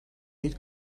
niet